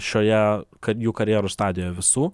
šioje kad jų karjeros stadijoje visų